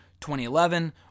2011